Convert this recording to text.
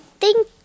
thank